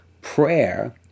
prayer